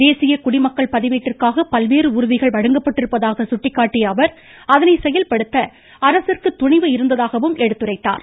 தேசிய குடிமக்கள் பதிவேட்டிற்காக பல்வேறு உறுதிகள் வழங்கப்பட்டிருப்பதாக சுட்டிக்காட்டிய அவர் அதனை செயல்படுத்த அரசிற்கு துணிவு இருந்ததாகவும் எடுத்துரைத்தார்